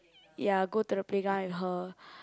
ya go to the playground with her